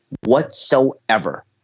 whatsoever